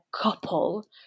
couple